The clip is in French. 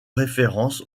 référence